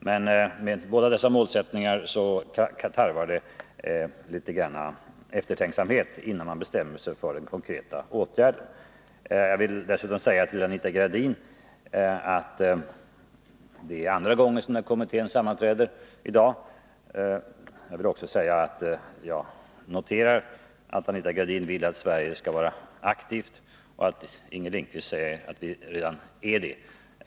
Men med båda dessa målsättningar tarvar det litet grand eftertänksamhet innan man bestämmer sig för den konkreta åtgärden. Jag vill dessutom säga till Anita Gradin att det är andra gången som kommittén sammanträder i dag. Jag vill också säga att jag noterar att Anita Gradin vill att Sverige skall vara aktivt och att Inger Lindquist säger att vi redan är det.